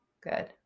Good